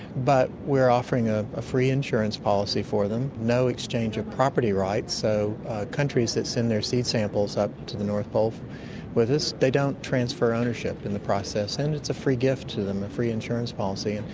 but we're offering ah a free insurance policy for them, no exchange of property rights, so countries that send their seed samples up to the north pole with us, they don't transfer ownership in the process, and it's a free gift to them, a free insurance policy. and